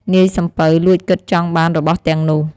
នាយសំពៅលួចគិតចង់បានរបស់ទាំងនោះ។